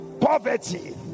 poverty